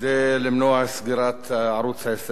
כדי למנוע את סגירת ערוץ-10